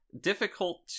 difficult